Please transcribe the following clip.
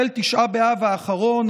ליל תשעה באב האחרון,